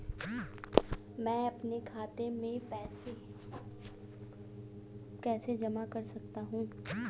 मैं अपने खाते में पैसे कैसे जमा कर सकता हूँ?